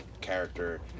character